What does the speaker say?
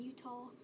Utah